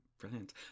Brilliant